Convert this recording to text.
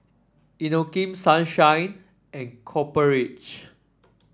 Inokim Sunshine and Copper Ridge